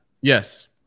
Yes